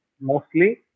mostly